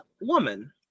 woman